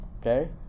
Okay